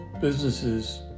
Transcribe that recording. businesses